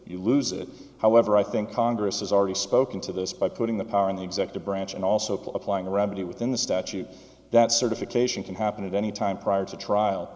you lose it however i think congress has already spoken to this by putting the power in the executive branch and also playing the remedy within the statute that certification can happen at any time prior to trial